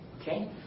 Okay